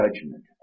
judgment